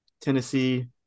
Tennessee –